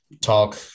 talk